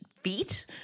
feet